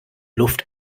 luft